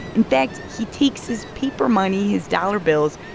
in fact, he takes his paper money, his dollar bills,